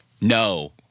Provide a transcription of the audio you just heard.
No